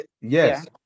Yes